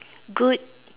good